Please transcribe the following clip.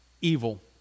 evil